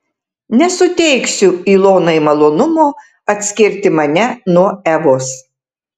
nesuteiksiu ilonai malonumo atskirti mane nuo evos